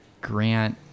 grant